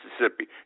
Mississippi